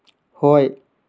ꯍꯣꯏ